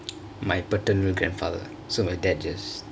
my paternal grandfather so my dad just